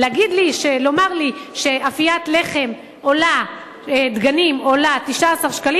לומר לי שאפיית לחם דגנים עולה 19 שקלים?